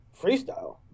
freestyle